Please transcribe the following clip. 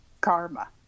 karma